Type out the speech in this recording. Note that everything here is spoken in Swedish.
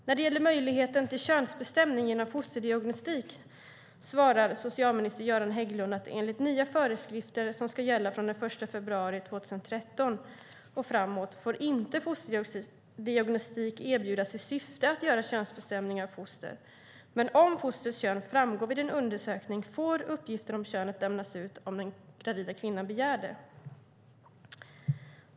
När det gäller möjligheten till könsbestämning genom fosterdiagnostik, svarar socialminister Göran Hägglund att enligt nya föreskrifter som ska gälla från den 1 februari 2013 och framåt får inte fosterdiagnostik erbjudas i syfte att göra könsbestämningar av foster, men om fostrets kön framgår vid en undersökning får uppgiften om könet lämnas ut om den gravida kvinnan begär det.